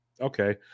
Okay